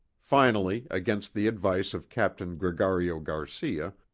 finally, against the advice of captain gregario garcia,